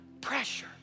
pressure